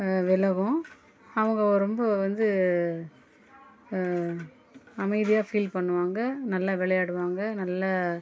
விலகும் அவங்க ரொம்ப வந்து அமைதியாக ஃபீல் பண்ணுவாங்க நல்லா விளையாடுவாங்க நல்ல